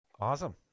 Awesome